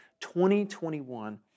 2021